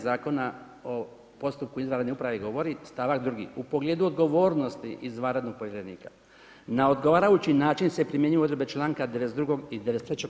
Zakona o postupku izvanredne uprave govori stavak 2. u pogledu odgovornosti izvanrednog povjerenika na odgovarajući način se primjenjuju odredbe članka 92. i 93.